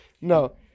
No